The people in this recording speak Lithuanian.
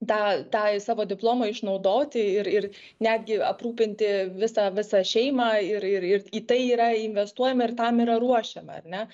tą tąjį savo diplomą išnaudoti ir ir netgi aprūpinti visą visą šeimą ir ir ir į tai yra investuojama ir tam yra ruošiama ar ne